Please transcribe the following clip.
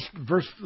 verse